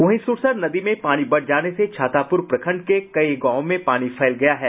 वहीं सुरसर नदी में पानी बढ़ जाने से छातापुर प्रखंड के कई गांवों में पानी फैल गया है